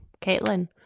Caitlin